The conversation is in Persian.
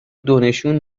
دونشون